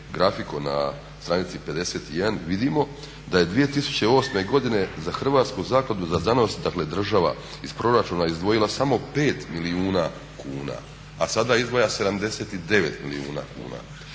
grafikon na stranici 51 vidimo da je 2008. godine za Hrvatsku zakladu za znanost dakle država iz proračuna izdvojila samo 5 milijuna kuna, a sada izdvaja 79 milijuna kuna.